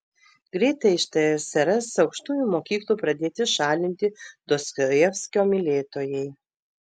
greitai iš tsrs aukštųjų mokyklų pradėti šalinti dostojevskio mylėtojai